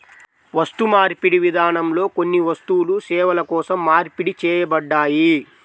వస్తుమార్పిడి విధానంలో కొన్ని వస్తువులు సేవల కోసం మార్పిడి చేయబడ్డాయి